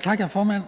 Tak, hr. formand.